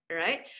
right